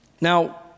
Now